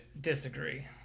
disagree